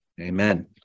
Amen